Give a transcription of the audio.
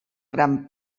gran